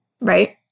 right